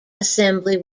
assembly